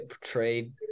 trade